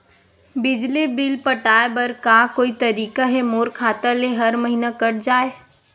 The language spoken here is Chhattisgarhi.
बिजली बिल पटाय बर का कोई तरीका हे मोर खाता ले हर महीना कट जाय?